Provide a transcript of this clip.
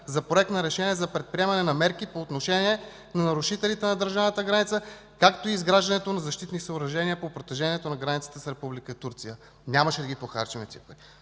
за Проект на решение за предприемане на мерки по отношение на нарушителите на държавната граница, както и изграждането на защитни съоръжения по протежението на границата с Република Турция. Нямаше да ги похарчим тези